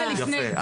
יפה,